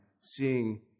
seeing